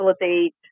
facilitate